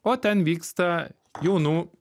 o ten vyksta jaunų